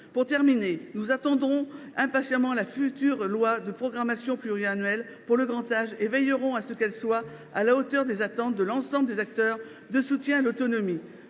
Pour terminer, nous attendons impatiemment le projet de loi de programmation pluriannuelle pour le grand âge et nous veillerons à ce que celui ci soit à la hauteur des attentes de l’ensemble des acteurs du soutien à l’autonomie.